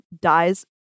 dies